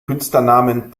künstlernamen